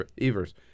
Evers